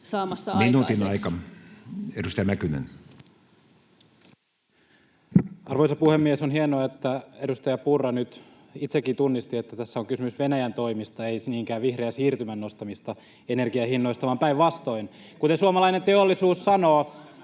Time: 15:19 Content: Arvoisa puhemies! On hienoa, että edustaja Purra nyt itsekin tunnisti, että tässä on kysymys Venäjän toimista, ei niinkään vihreän siirtymän nostamista energiahinnoista. [Välihuutoja perussuomalaisten